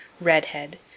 redhead